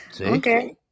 Okay